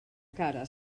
cara